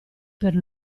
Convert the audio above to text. per